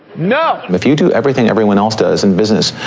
no! if you do everything everyone else does in business,